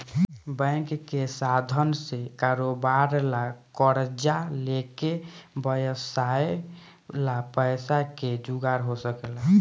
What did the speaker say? bank के साधन से कारोबार ला कर्जा लेके व्यवसाय ला पैसा के जुगार हो सकेला